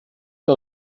que